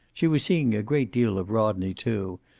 she was seeing a great deal of rodney, too,